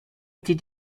did